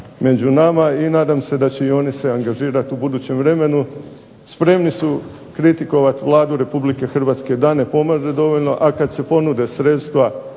među nama i nadam se da će i oni se angažirat u budućem vremenu. Spremni su kritikovat Vladu RH da ne pomaže dovoljno, a kad se ponude sredstva